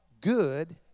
good